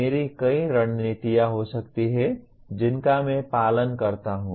मेरी कई रणनीतियाँ हो सकती हैं जिनका मैं पालन करता हूँ